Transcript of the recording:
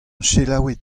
selaouit